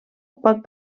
pot